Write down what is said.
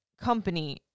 company